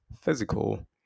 physical